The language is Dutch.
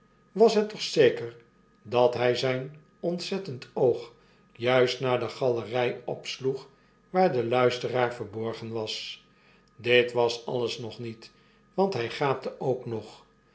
was het toch zeker dat zijn ontzettend oog juist naar de galerg opsloeg waardeluisteraar verborgen was dit was alles nog niet want hy gaapte ook nog